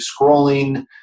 scrolling